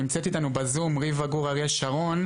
נמצאת איתנו בזום ריבה גור אריה שרון.